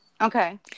Okay